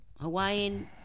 Hawaiian